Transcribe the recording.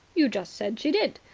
you just said she did,